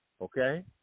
okay